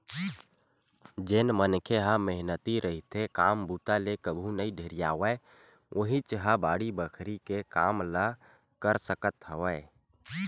जेन मनखे ह मेहनती रहिथे, काम बूता ले कभू नइ ढेरियावय उहींच ह बाड़ी बखरी के काम ल कर सकत हवय